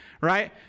right